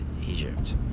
Egypt